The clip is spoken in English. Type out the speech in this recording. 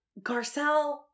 Garcelle